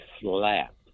slap